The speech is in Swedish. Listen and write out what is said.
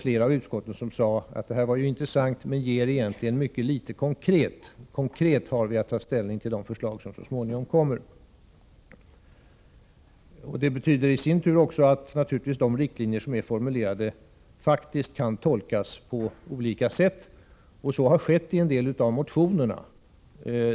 Flera av utskotten sade att propositionen var intressant men egentligen ger mycket litet konkret och att utskotten har att ta slutlig ställning till förslag som först så småningom läggs fram. Det betyder i sin tur att de riktlinjer som är formulerade faktiskt kan tolkas på olika sätt. Så har skett i några av motionerna.